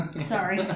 Sorry